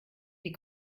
die